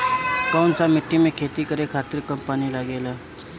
कौन सा मिट्टी में खेती करे खातिर कम पानी लागेला?